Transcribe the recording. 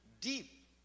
deep